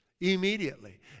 immediately